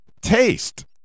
taste